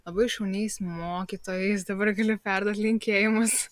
labai šauniais mokytojais dabar galiu perduot linkėjimus